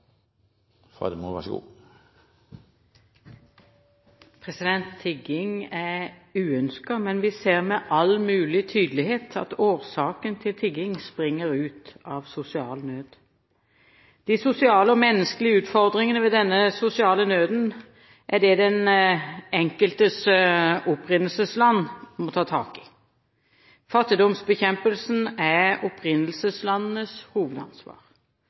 men vi ser med all mulig tydelighet at tigging springer ut av sosial nød. De sosiale og menneskelige utfordringene ved denne sosiale nøden er det den enkeltes opprinnelsesland som må ta tak i. Fattigdomsbekjempelsen er opprinnelseslandenes hovedansvar.